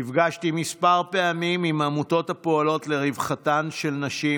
נפגשתי כמה פעמים עם עמותות הפועלות לרווחתן של נשים.